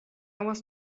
was